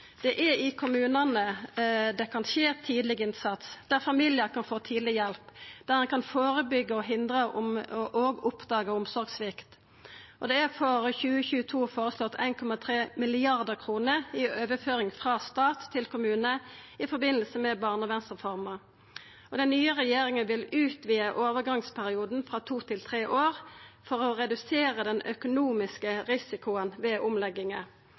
Det er i kommunane ein kan setja inn tidleg innsats, der familiane kan få tidleg hjelp, der ein kan førebyggja, hindra og oppdaga omsorgssvikt. Det er for 2022 føreslått 1,3 mrd. kr i overføring frå stat til kommune i samband med barnevernsreforma. Og den nye regjeringa vil utvida overgangsperioden frå to til tre år for å redusera den økonomiske risikoen ved omlegginga.